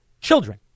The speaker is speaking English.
children